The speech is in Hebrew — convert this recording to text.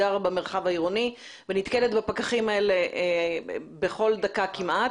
גרה במרחב העירוני ונתקלת בפקחים האלה בכל דקה כמעט,